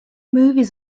movies